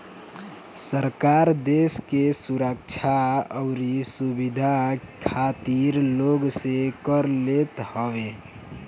सरकार देस के सुरक्षा अउरी सुविधा खातिर लोग से कर लेत हवे